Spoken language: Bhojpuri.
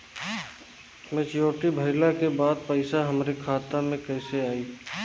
मच्योरिटी भईला के बाद पईसा हमरे खाता में कइसे आई?